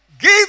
Give